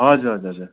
हजुर हजुर हजुर